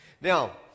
Now